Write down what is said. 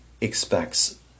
expects